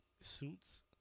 suits